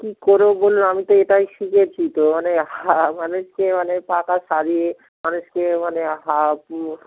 কী করব বলুন আমি তো এটাই শিখেছি তো মানে হা মানুষকে মানে পাখা সারিয়ে মানুষকে মানে হাওয়া